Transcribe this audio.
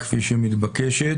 כפי שמתבקשת,